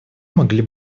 могли